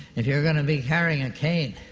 if you're going to be carrying a cane?